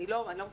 אני לא מפרידה,